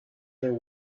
there